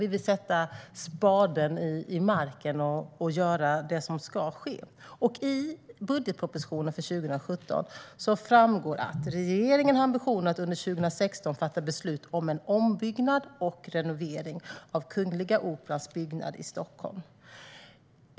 Vi vill sätta spaden i marken och göra det som ska ske. I budgetpropositionen för 2017 framgår att regeringen har ambitionen att 2016 fatta beslut om en ombyggnad och renovering av Kungliga Operans byggnad i Stockholm.